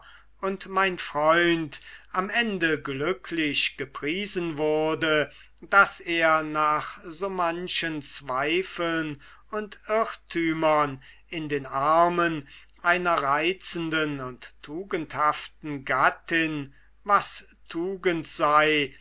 und mein freund am ende glücklich gepriesen wurde daß er nach so manchen zweifeln und irrtümern in den armen einer reizenden und tugendhaften gattin was tugend sei